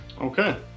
Okay